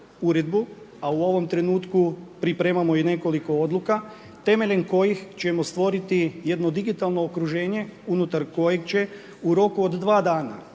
a u ovom trenutku pripremamo i nekoliko odluka temeljem kojih ćemo stvoriti jedno digitalno okruženje unutar kojeg će u roku od dva dana